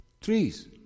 trees